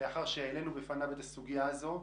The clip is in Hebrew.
לאחר שהעלינו בפניו את הסוגיה הזאת.